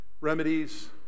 remedies